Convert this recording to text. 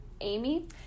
Amy